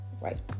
right